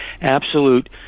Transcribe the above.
absolute